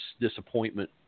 disappointment